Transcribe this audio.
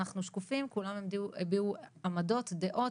אנחנו שקופים, כולם הביעו עמדות, דעות.